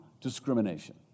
discrimination